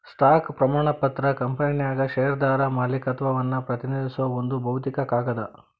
stock ಪ್ರಮಾಣ ಪತ್ರ ಕಂಪನ್ಯಾಗ ಷೇರ್ದಾರ ಮಾಲೇಕತ್ವವನ್ನ ಪ್ರತಿನಿಧಿಸೋ ಒಂದ್ ಭೌತಿಕ ಕಾಗದ